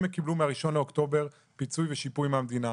הם קיבלו מה-1 באוקטובר פיצוי ושיפוי מהמדינה.